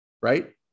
right